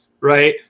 Right